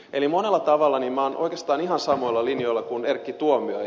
eli monella tavalla minä olen oikeastaan ihan samoilla linjoilla kuin erkki tuomioja